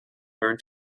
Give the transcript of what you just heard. learned